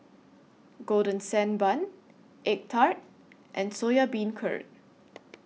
Golden Sand Bun Egg Tart and Soya Beancurd